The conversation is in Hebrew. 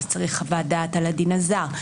צריך חוות דעת על הדין הזר.